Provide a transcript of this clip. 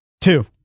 Two